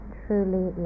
truly